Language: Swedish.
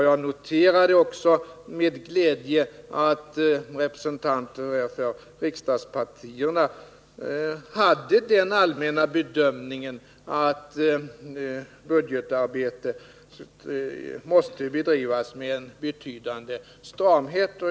Jag noterade också med glädje att representanter för riksdagspartierna hade den allmänna bedömningen att budgetarbetet måste bedrivas med en betydande stramhet.